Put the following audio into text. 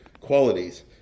qualities